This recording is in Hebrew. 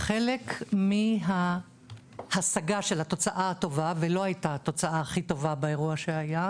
חלק מההשגה של התוצאה הטובה ולא הייתה תוצאה הכי טובה באירוע שהיה,